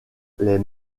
les